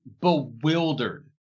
bewildered